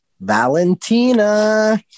Valentina